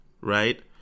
right